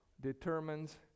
determines